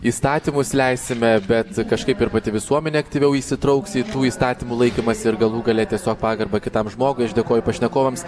įstatymus leisime bet kažkaip ir pati visuomenė aktyviau įsitrauks į tų įstatymų laikymąsi ir galų gale tiesiog pagarbą kitam žmogui aš dėkoju pašnekovams